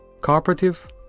cooperative